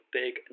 big